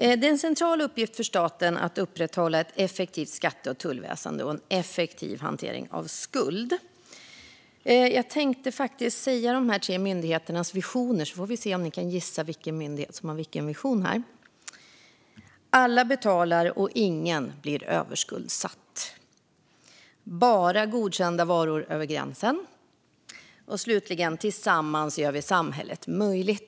är en central uppgift för staten att upprätthålla ett effektivt skatte och tullväsen och en effektiv hantering av skuld. Jag tänkte läsa upp dessa tre myndigheters visioner, så får vi se om ni kan gissa vilken myndighet som har vilken vision: "Alla betalar och ingen blir överskuldsatt." "Bara godkända varor över gränsen." "Tillsammans gör vi samhället möjligt."